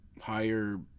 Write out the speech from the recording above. higher